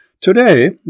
Today